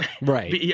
Right